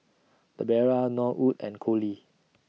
Debera Norwood and Colie